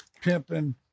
pimping